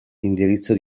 indirizzo